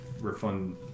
refund